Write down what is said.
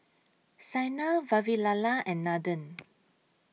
Saina Vavilala and Nathan